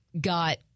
got